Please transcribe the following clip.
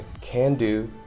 can-do